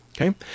Okay